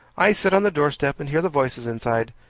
i sit on the doorstep, and hear the voices inside.